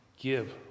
give